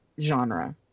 genre